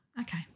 okay